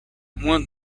moins